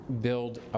build